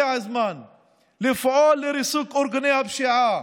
לפעול לריסוק ארגוני הפשיעה.